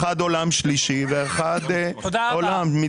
האחת עולם שלישי והאחת עולם מתקדם.